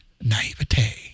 naivete